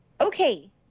Okay